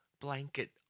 blanket